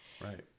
right